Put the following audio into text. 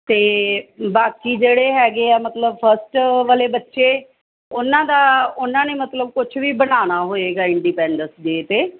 ਅਤੇ ਬਾਕੀ ਜਿਹੜੇ ਹੈਗੇ ਆ ਮਤਲਬ ਫਸਟ ਵਾਲੇ ਬੱਚੇ ਉਹਨਾਂ ਦਾ ਉਹਨਾਂ ਨੇ ਮਤਲਬ ਕੁਛ ਵੀ ਬਣਾਉਣਾ ਹੋਵੇਗਾ ਇੰਡੀਪੈਂਡਸ ਡੇ 'ਤੇ